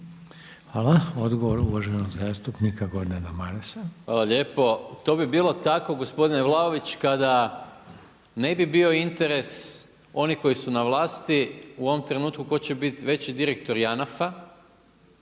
Hvala. Odgovor uvaženog zastupnika Gordana Marasa. **Maras, Gordan (SDP)** Hvala lijepo. To bi bilo tako gospodine Vladović kada ne bi bio interes onih koji su na vlasti u ovom trenutku tko će biti veći direktor JANAF-a,